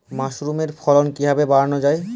মাসরুমের ফলন কিভাবে বাড়ানো যায়?